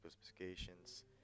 specifications